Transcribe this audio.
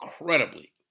incredibly